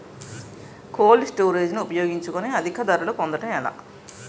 Cold storage ని ఉపయోగించుకొని అధిక ధరలు పొందడం ఎలా?